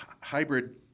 hybrid